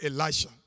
Elisha